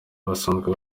basanzwe